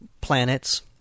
planets